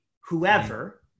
whoever